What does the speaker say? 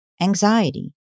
anxiety